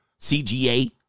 CGA